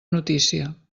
notícia